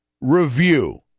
review